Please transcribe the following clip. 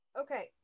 Okay